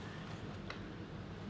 um